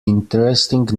interesting